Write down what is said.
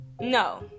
no